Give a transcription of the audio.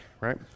right